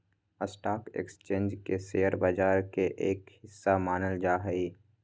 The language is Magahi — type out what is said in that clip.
स्टाक एक्स्चेंज के शेयर बाजार के एक हिस्सा मानल जा हई